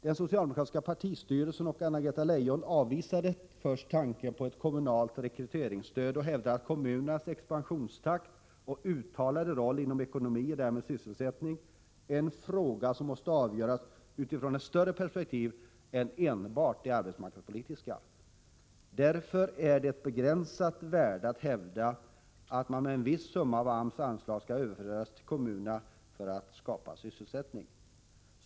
Den socialdemokratiska partistyrelsen och Anna-Greta Leijon avvisade till en början tanken på ett kommunalt rekryteringsstöd och hävdade att kommunernas expansionstakt och uttalade roll beträffande ekonomi och därmed även sysselsättning är en fråga som måste avgöras utifrån ett vidare perspektiv än enbart det arbetsmarknadspolitiska. Därför är det av begränsat värde att hävda att en viss summa av AMS anslag skall överföras till kommunerna för att skapa sysselsättning.